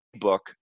book